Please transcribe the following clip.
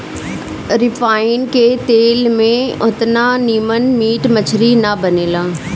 refine के तेल में ओतना निमन मीट मछरी ना बनेला